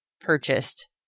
purchased